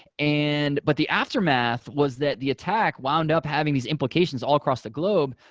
and but the aftermath was that the attack wound up having these implications all across the globe,